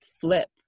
flip